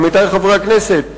עמיתי חברי הכנסת,